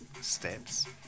steps